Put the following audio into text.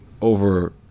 over